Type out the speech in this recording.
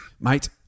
Mate